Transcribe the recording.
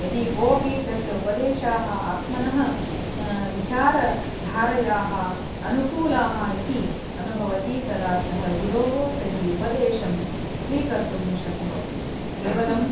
यदि कोपि तस्य उपदेशाः आत्मनः विचारधारयाः अनुकूलाः इति अनुभवति तदा सः गुरोः सहितम् उपदेशं स्वीकर्तुं शक्नोति केवलम्